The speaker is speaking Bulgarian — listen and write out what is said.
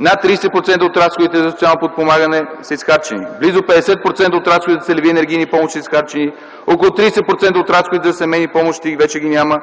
над 30% от разходите за социално подпомагане са изхарчени. Близо 50% от разходите за целеви енергийни помощи са изхарчени. Около 30% от разходите за семейни помощи вече ги няма.